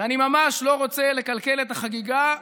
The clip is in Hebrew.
ואני ממש לא רוצה לקלקל את החגיגה,